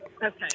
Okay